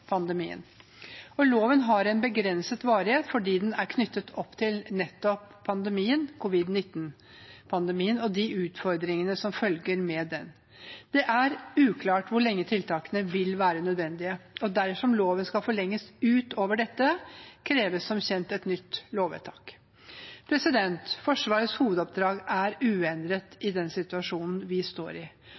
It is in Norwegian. pandemien. Loven har en begrenset varighet fordi den er knyttet opp til covid-19-pandemien og de utfordringene som følger med den. Det er uklart hvor lenge tiltakene vil være nødvendige. Dersom loven skal forlenges utover dette, kreves som kjent et nytt lovvedtak. Forsvarets hovedoppdrag er uendret i den situasjonen vi står i.